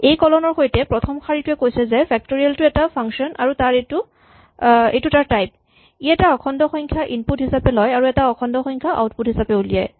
এই কলন ৰ সৈতে প্ৰথম শাৰীটোৱে কৈছে যে ফেক্টৰিয়েল টো এটা ফাংচন আৰু এইটো তাৰ টাইপ ই এটা অখণ্ড সংখ্যা ইনপুট হিচাপে লয় আৰু এটা অখণ্ড সংখ্যা আউটপুট হিচাপে উলিয়ায়